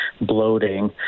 bloating